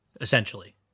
essentially